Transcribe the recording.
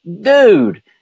dude